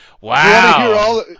Wow